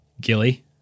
Gilly